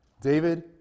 David